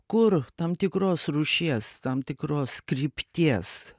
kur tam tikros rūšies tam tikros krypties